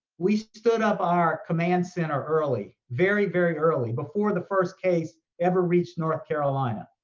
we stood up our command center early, very, very early before the first case ever reached north carolina.